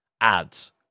ads